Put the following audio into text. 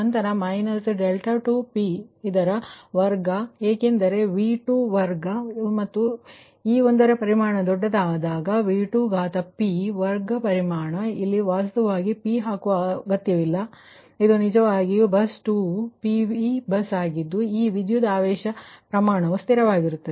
ನಂತರ minus 𝛿2p ರ ಇಡೀ ವರ್ಗ ಏಕೆಂದರೆ ಅದು V2 ವರ್ಗ ಮತ್ತು ಈ ಒಂದರ ಪರಿಮಾಣ ದೊಡ್ಡದಾದಾಗ ಈ V2p ವರ್ಗಪರಿಮಾಣ ಇಲ್ಲಿ ವಾಸ್ತವವಾಗಿ p ಹಾಕುವ ಅಗತ್ಯವಿಲ್ಲ ಏಕೆಂದರೆ ಇದು ನಿಜವಾಗಿ ಬಸ್ 2 ವು PV ಬಸ್ ಆಗಿದ್ದು ಈ ವಿದ್ಯುತಾವೇಶ ಪ್ರಮಾಣವು ಸ್ಥಿರವಾಗಿರುತ್ತದೆ